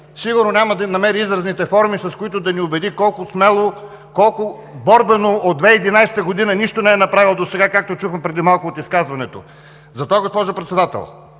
Сигурно няма да намери изразните форми, с които да ни убеди колко смело, колко борбено от 2011 г. нищо не е направил досега, както чухме преди малко от изказването. Затова, госпожо Председател,